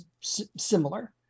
similar